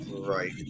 right